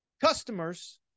customers